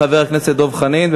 חבר הכנסת דב חנין.